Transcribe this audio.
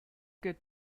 good